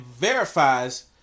verifies